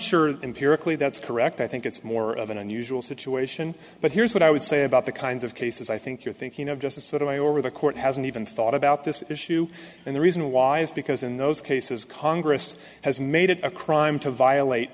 empirically that's correct i think it's more of an unusual situation but here's what i would say about the kinds of cases i think you're thinking of just sort of i over the court hasn't even thought about this issue and the reason why is because in those cases congress has made it a crime to violate